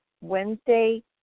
Wednesday